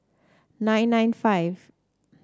nine nine five